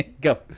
Go